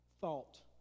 thought